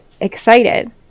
excited